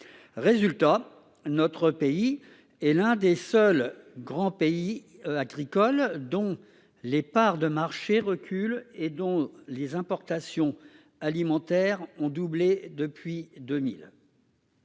résultat, notre pays est l'un des seuls grands pays agricoles, dont les parts de marché recule et dont les importations alimentaires ont doublé depuis 2000.